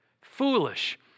foolish